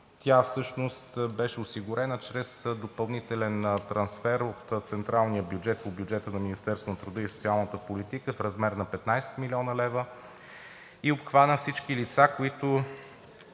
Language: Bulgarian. Тя всъщност беше осигурена чрез допълнителен трансфер от централния бюджет по бюджета на Министерството на труда и социалната политика в размер на 15 млн. лв. и обхвана всички лица, които